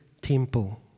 temple